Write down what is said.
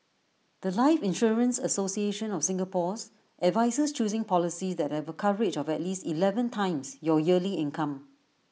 The Life insurance association of Singapore's advises choosing policies that have A coverage of at least Eleven times your yearly income